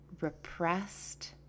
repressed